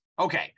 Okay